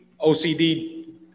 OCD